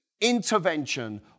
intervention